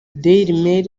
dailymail